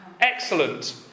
excellent